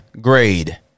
grade